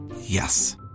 Yes